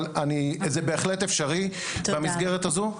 זה בהחלט אפשרי במסגרת הזו.